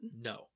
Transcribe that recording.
No